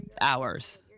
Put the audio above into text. hours